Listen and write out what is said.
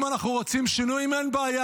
אם אנחנו רוצים שינויים, אין בעיה.